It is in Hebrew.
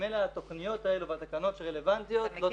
וממילא התכניות האלו והתקנות שרלוונטיות לא צפויות להיפגע.